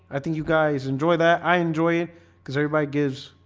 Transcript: i think you guys enjoy that. i enjoy it because everybody gives